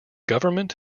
government